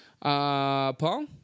Paul